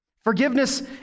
Forgiveness